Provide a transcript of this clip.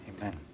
Amen